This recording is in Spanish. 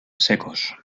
secos